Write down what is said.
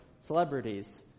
celebrities